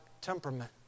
temperament